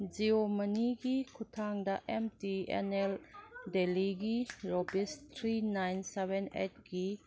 ꯖꯤꯑꯣ ꯃꯅꯤꯒꯤ ꯈꯨꯠꯊꯥꯡꯗ M T N L ꯗꯦꯜꯂꯤꯒꯤ ꯔꯨꯄꯤꯁ ꯊ꯭ꯔꯤ ꯅꯥꯏꯟ ꯁꯕꯦꯟ ꯑꯩꯠꯀꯤ